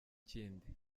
kindi